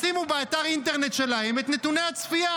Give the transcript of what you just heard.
לשקף נתוני צפייה